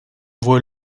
voit